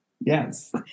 yes